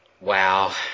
Wow